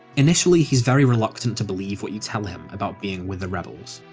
initially he is very reluctant to believe what you tell him about being with the rebels,